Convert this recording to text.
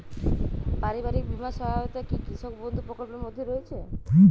পারিবারিক বীমা সহায়তা কি কৃষক বন্ধু প্রকল্পের মধ্যে রয়েছে?